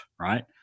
right